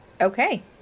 okay